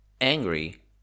angry